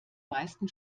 meisten